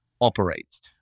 operates